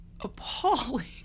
appalling